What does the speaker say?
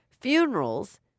funerals